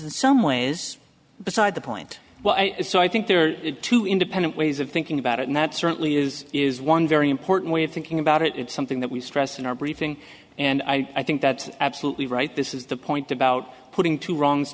in some way is beside the point well i so i think there are two independent ways of thinking about it and that certainly is is one very important way of thinking about it it's something that we stress in our briefing and i think that's absolutely right this is the point about putting two wrongs